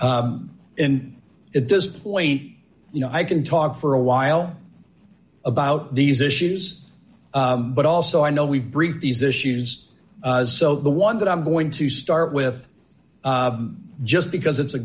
and at this point you know i can talk for a while about these issues but also i know we've briefed these issues so the one that i'm going to start with just because it's a